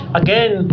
again